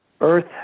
Earth